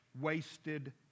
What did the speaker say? wasted